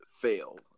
fail